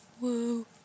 Woo